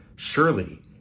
Surely